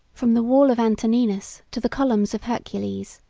from the wall of antoninus to the columns of hercules.